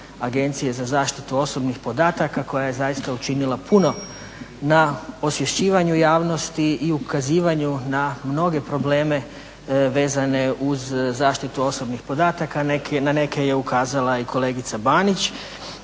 Agencije za zaštitu osobnih podataka koja je zaista učinila puno na osvješćivanju javnosti i ukazivanju na mnoge probleme vezane uz zaštitu osobnih podataka. Na neke je ukazala i kolegica Banić.